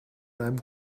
einem